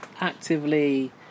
actively